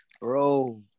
Bro